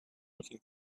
looking